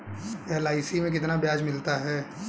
LIC में कितना ब्याज मिलता है?